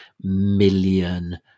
million